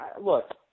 look